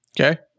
Okay